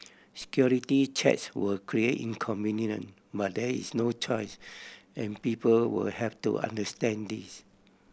security checks will create inconvenience but there is no choice and people will have to understand this